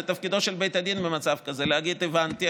זה תפקידו של בית הדין במצב כזה להגיד: הבנתי.